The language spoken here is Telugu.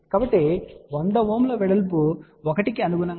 కాబట్టి 100 Ω వెడల్పు 1 కి అనుగుణంగా 0